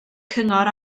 cyngor